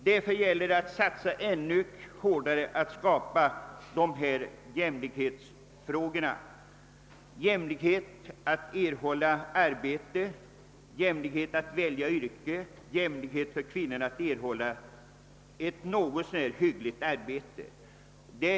Därför gäller det att satsa ännu hårdare på att skapa jämlikhet: jämlikhet i fråga om att få sysselsättning, jämlikhet när det gäller att välja yrke, jämlikhet för kvinnorna att erhålla ett något så när hyggligt arbete.